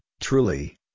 truly